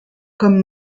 comme